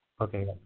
Okay